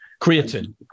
Creatine